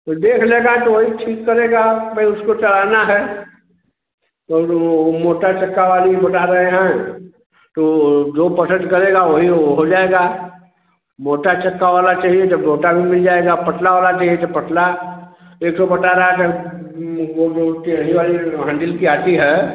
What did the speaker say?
तो देख लेना तो वही ठीक करेगा भाई उसको चलाना है क्योंकि वह मोटा चक्का वाली बता रहे हैं तो जो पसंद करेगा तो वही वह हो जाएगा मोटा चक्का वाला चाहिए जब मोटा भी मिल जाएगा पतला वाला चाहिए जो पतला एक ठो बता रहा था वह जो टेढ़ी वाली हंडिल की आती है